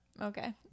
Okay